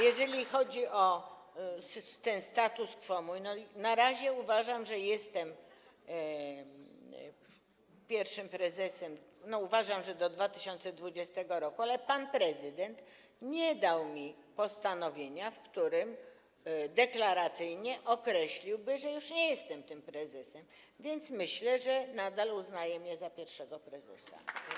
Jeżeli chodzi o ten status quo mój, na razie uważam, że jestem pierwszym prezesem, uważam, że do 2020 r., ale pan prezydent nie dał mi postanowienia, w którym deklaracyjnie określiłby, że już nie jestem tym prezesem, więc myślę, że nadal uznaje mnie za pierwszego prezesa.